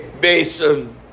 basin